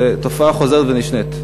זו תופעה חוזרת ונשנית.